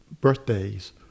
birthdays